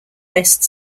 best